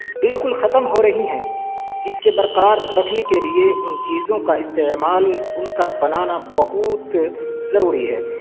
بالکل ختم ہو رہی ہیں جسے برقرار رکھنے کے لیے ان چیزوں کا استعمال ان کا بنانا بہت ضروری ہے